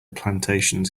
plantations